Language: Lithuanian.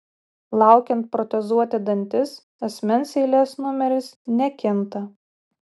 laukiant protezuoti dantis asmens eilės numeris nekinta